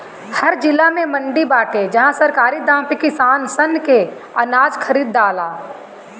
हर जिला में मंडी बाटे जहां सरकारी दाम पे किसान सन के अनाज खरीदाला